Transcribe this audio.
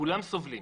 כולם סובלים.